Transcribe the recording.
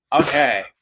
Okay